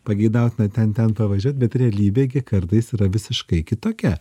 pageidautina ten ten pavažiuot bet realybė gi kartais yra visiškai kitokia